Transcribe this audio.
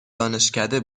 دانشکده